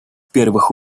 первых